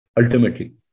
ultimately